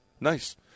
Nice